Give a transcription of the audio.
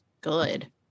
good